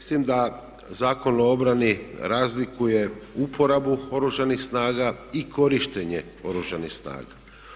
S tim da Zakon o obrani razlikuje uporabu Oružanih snaga i korištenje Oružanih snaga.